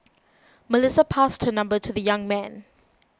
Melissa passed her number to the young man